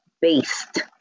based